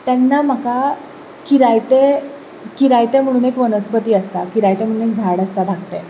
तेन्ना म्हाका किरायतें किरायतें म्हणून एक वनस्पती आसता किरायतें म्हणून एक झाड आसता धाकटें